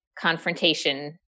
confrontation